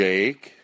Jake